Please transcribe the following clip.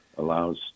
allows